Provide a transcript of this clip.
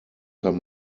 kann